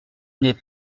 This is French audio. n’est